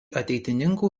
ateitininkų